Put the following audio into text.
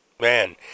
Man